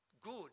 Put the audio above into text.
good